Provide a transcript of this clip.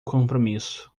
compromisso